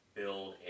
build